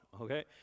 Okay